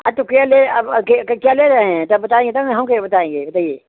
हाँ तो क्या ले अब क्या क्या ले रहे हैं तो बताएँगे न हम क्या बताएँगे बताइए